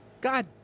God